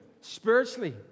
spiritually